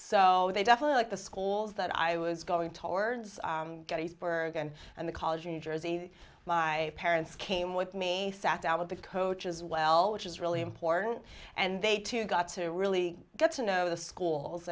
so they definitely like the schools that i was going towards bergen and the college in jersey my parents came with me sat down with the coach as well which is really important and they too got to really get to know the schools